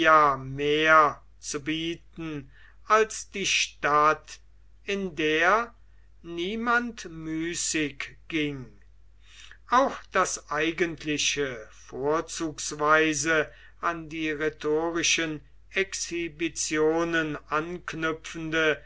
mehr zu bieten als die stadt in der niemand müßig ging auch das eigentliche vorzugsweise an die rhetorischen exhibitionen anknüpfende